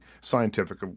scientific